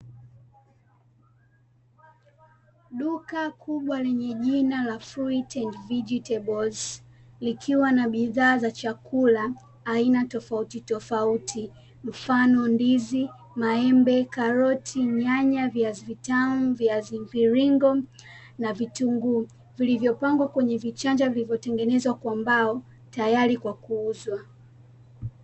Duka kubwa lenye jina la "FRUIT AND VEGETABLES", likiwa na bidhaa za chakula aina tofauti tofauti mfano; ndizi, maembe, karoti, nyanya, viazi vitamu, viazi mviringo na vitunguu, vilivyopangwa kwenye vichanja vilivyotengenezwa kwa mbao tayari kwa kuuzwa.